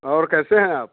और कैसे हैं आप